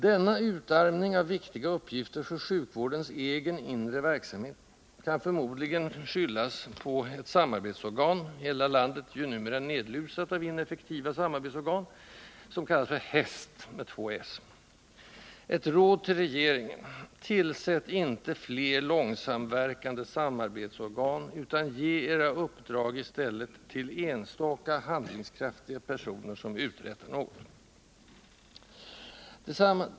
Denna utarmning av viktiga uppgifter för sjukvårdens egen, inre verksamhet kan förmodligen skyllas på ett samarbetsorgan — hela landet är ju numera nedlusat av ineffektiva samarbetsorgan — som kallas HÄSST. Ett råd till regeringen: tillsätt inte fler långsamverkande samarbetsorgan, utan ge era uppdrag till enstaka, handlingskraftiga personer, som uträttar något i stället!